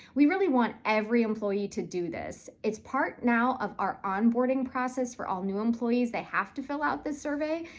we really want every employee to do this. it's part now of our onboarding process for all new employees. they have to fill out this survey,